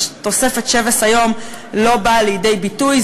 תוספת שבס היום לא באה לידי ביטוי,